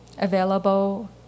available